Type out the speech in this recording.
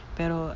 pero